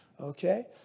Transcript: Okay